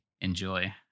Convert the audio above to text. enjoy